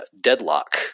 Deadlock